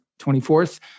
24th